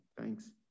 Thanks